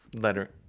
Letter